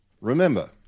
remember